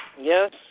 Yes